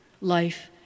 life